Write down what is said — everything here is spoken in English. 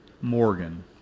Morgan